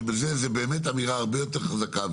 שבזה זו באמת אמירה הרבה יותר חזקה,